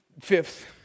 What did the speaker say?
Fifth